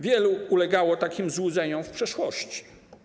Wielu ulegało takim złudzeniom w przeszłości.